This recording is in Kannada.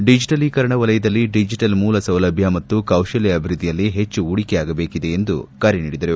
ಡಿಜೆಟಲೀಕರಣ ವಲಯದಲ್ಲಿ ಡಿಜಿಟಲ್ ಮೂಲ ಸೌಲಭ್ಯ ಮತ್ತು ಕೌಶಲ್ಯ ಅಭಿವೃದ್ಧಿಯಲ್ಲಿ ಹೆಚ್ಚು ಹೂಡಿಕೆಯಾಗಬೇಕಿದೆ ಎಂದು ಕರೆ ನೀಡಿದರು